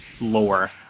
lore